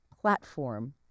platform